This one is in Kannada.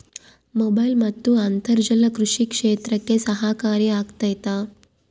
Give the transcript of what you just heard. ಮೊಬೈಲ್ ಮತ್ತು ಅಂತರ್ಜಾಲ ಕೃಷಿ ಕ್ಷೇತ್ರಕ್ಕೆ ಸಹಕಾರಿ ಆಗ್ತೈತಾ?